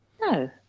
no